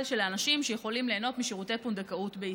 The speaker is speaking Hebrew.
של האנשים שיכולים ליהנות משירותי פונדקאות בישראל,